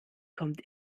kommt